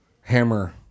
hammer